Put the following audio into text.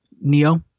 Neo